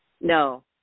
no